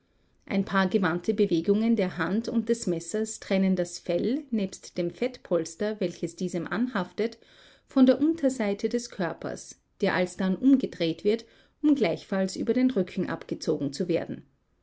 ein paar gewandte bewegungen der hand und des messers trennen das fell nebst dem fettpolster welches diesem anhaftet von der unterseite des körpers der alsdann umgedreht wird um gleichfalls über den rücken abgezogen zu werden